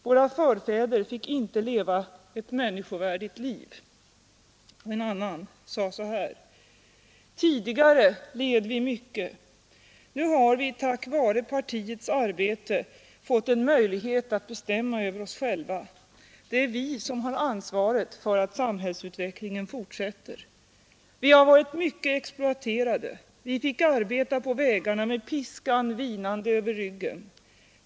Våra förfäder fick inte leva ett människovärdigt liv.” En annan sade så här: ”Tidigare led vi mycket. Nu har vi tack vare partiets arbete fått en bykommitté och möjlighet att bestämma över oss själva. Det är vi som har ansvaret för att arbetet fortsätter. Vi har varit mycket exploaterade. Vi fick arbeta på vägarna med piskan vinande över ryggen.